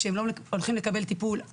כשהם לא הולכים לקבל טיפול,